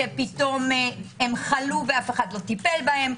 שחלו פתאום, ואף אחד לא טיפל בהם.